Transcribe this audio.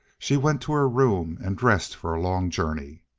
she went to her room and dressed for a long journey.